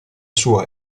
sua